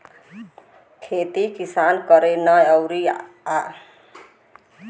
खेती किसान करेन औरु दाम सरकार तय करेला जौने से किसान के घाटा होला